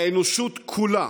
האנושות כולה